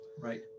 right